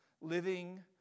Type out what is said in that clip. living